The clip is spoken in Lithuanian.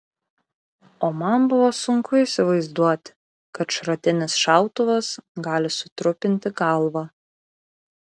o man buvo sunku įsivaizduoti kad šratinis šautuvas gali sutrupinti galvą